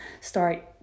start